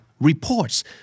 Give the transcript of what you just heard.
Reports